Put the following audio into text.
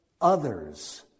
others